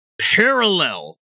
parallel